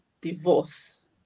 divorce